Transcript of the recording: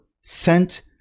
sent